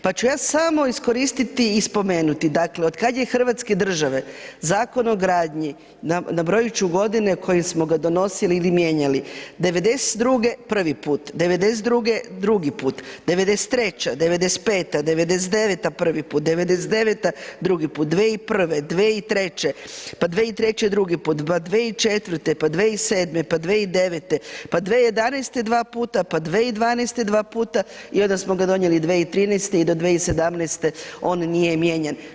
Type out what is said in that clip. Pa ću ja samo iskoristiti i spomenuti, dakle, otkad je hrvatske države, Zakon o gradnji, nabrojit ću godine u kojim smo ga donosili ili mijenjali, 92. prvi put, 92. drugi put, 93., 95., 99. prvi put, 99. drugi put, 2001., 2003., pa 2003. drugi put, pa 2004., pa 2007., pa 2009., pa 2011. dva puta, pa 2012. dva puta i onda smo ga donijeli 2013. i do 2017. on nije mijenjan.